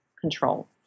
control